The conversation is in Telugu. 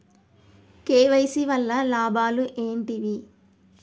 కే.వై.సీ వల్ల లాభాలు ఏంటివి?